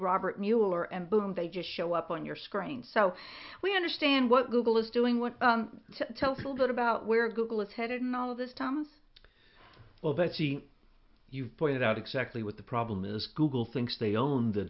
robert mueller and boom they just show up on your screen so we understand what google is doing what to tell people what about where google is headed and all of this tom well that's see you've pointed out exactly what the problem is google thinks they own the